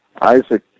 Isaac